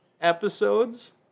episodes